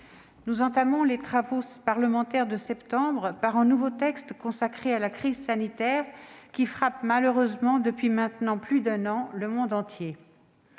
nous entamons les travaux parlementaires de septembre par un nouveau texte consacré à la crise sanitaire qui frappe malheureusement depuis maintenant plus d'un an le monde entier.